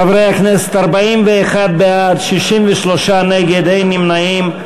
חברי הכנסת, 41 בעד, 63 נגד, אין נמנעים.